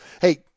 hey